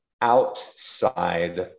outside